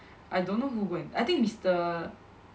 I don't know who went I think is the